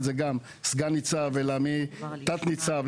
אלא מדרגת תת-ניצב.